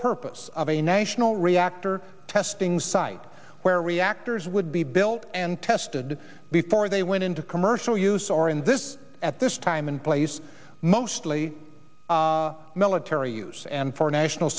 purpose of a national reactor testing site where reactors would be built and tested before they went into commercial use or in this at this time and place mostly military use and for national